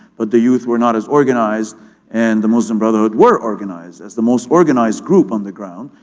but the youth were not as organized and the muslim brotherhood were organized, as the most organized group on the ground,